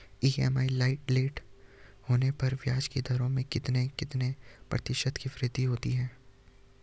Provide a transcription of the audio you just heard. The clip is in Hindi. ई.एम.आई लेट होने पर ब्याज की दरों में कितने कितने प्रतिशत की वृद्धि होती है?